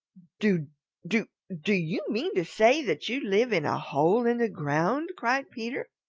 do do do you mean to say that you live in a hole in the ground? cried peter.